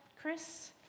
Chris